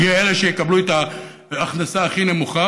כי אלה שיקבלו את ההכנסה הכי נמוכה,